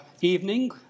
evening